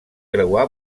creuar